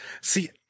see